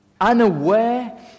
unaware